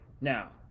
Now